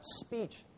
speech